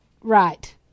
right